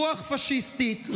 רוח פשיסטית,